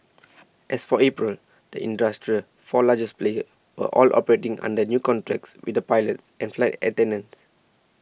as for April the industry's four largest players were all operating under new contracts with their pilots and flight attendants